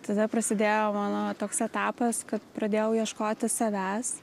tada prasidėjo mano toks etapas kad pradėjau ieškoti savęs